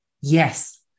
Yes